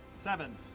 Seven